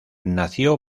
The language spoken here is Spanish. nació